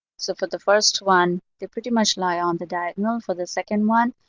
so for the first one, they pretty much lie on the diagonal. for the second one,